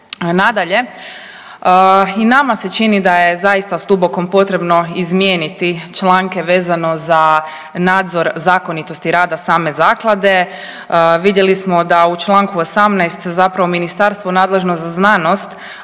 Nadalje, i nama se čini da je zaista stubokom potrebno izmijeniti članke vezano za nadzor zakonitosti rada same zaklade. Vidjeli smo da u čl. 18.zparavo ministarstvo nadležno za znanost